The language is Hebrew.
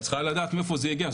את צריכה לדעת מאיפה זה הגיע,